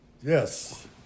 Yes